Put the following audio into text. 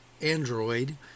Android